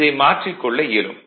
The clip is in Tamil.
இதை மாற்றிக் கொள்ள இயலும்